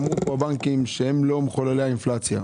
אמרו פה הבנקים שהם לא מחוללי האינפלציה.